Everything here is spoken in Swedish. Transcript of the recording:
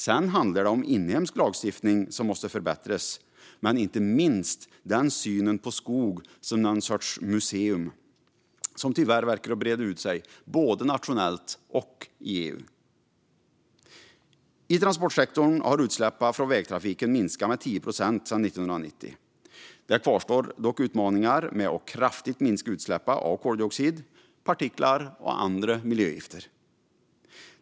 Det handlar också om inhemsk lagstiftning som måste förbättras och inte minst den syn på skog som en sorts museum som tyvärr verkar breda ut sig både nationellt och i EU. I transportsektorn har utsläppen från vägtrafiken minskat med 10 procent sedan 1990. Det kvarstår dock utmaningar med att kraftigt minska utsläppen av koldioxid, partiklar och andra miljögifter.